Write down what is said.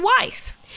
wife